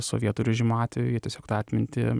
sovietų režimo atveju jie tiesiog tą atmintį